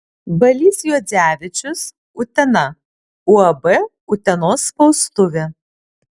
balys juodzevičius utena uab utenos spaustuvė